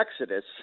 exodus